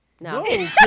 No